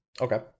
Okay